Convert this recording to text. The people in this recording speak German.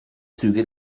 züge